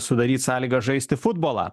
sudaryt sąlygas žaisti futbolą